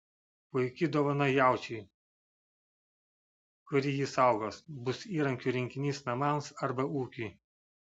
puiki dovana jaučiui kuri jį saugos bus įrankių rinkinys namams arba ūkiui